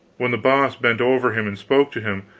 when the boss bent over him and spoke to him,